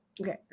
Okay